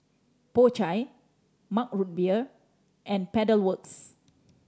Po Chai Mug Root Beer and Pedal Works